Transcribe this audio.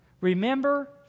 Remember